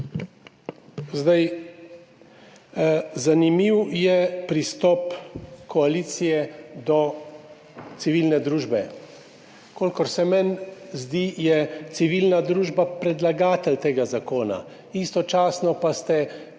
Zanimiv je pristop koalicije do civilne družbe. Kolikor se meni zdi, je civilna družba predlagatelj tega zakona, istočasno pa ste